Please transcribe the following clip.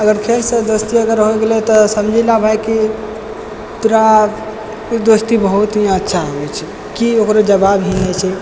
अगर खेलसँ दोस्ती अगर हो गेलय तऽ समझिला भाइकी तोरा ओ दोस्ती बहुत ही अच्छा होइत छै की ओकरो जवाब ही होइत छै